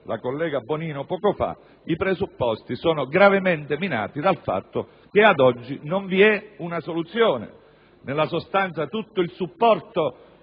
la collega Bonino poco fa, i presupposti sono gravemente minati dal fatto che, ad oggi, non vi è una soluzione: nella sostanza, tutto il supporto